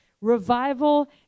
revival